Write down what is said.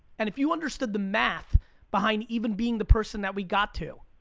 and if you understood the math behind even being the person that we got to.